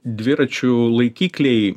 dviračių laikikliai